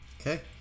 Okay